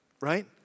right